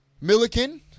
Milliken